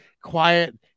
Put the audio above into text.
quiet